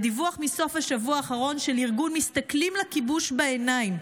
בדיווח מסוף השבוע האחרון של ארגון "מסתכלים לכיבוש בעיניים"